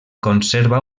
conserva